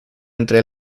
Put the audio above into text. entre